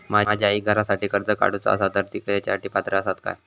माझ्या आईक घरासाठी कर्ज काढूचा असा तर ती तेच्यासाठी पात्र असात काय?